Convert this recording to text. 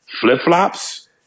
Flip-flops